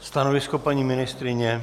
Stanovisko paní ministryně?